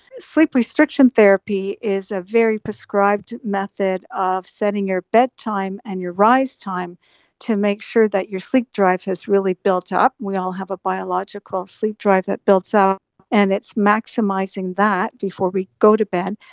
sleep restriction therapy is a very prescribed method of setting your bedtime and your rise time to make sure that your sleep drive has really built up. we all have a biological sleep drive that builds up and it's maximising that before we go to bed,